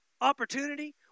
opportunity